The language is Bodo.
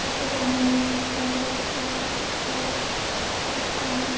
बैसो जानानै बिसिनायाव गोलैसोना थानाय सुबुंफोरा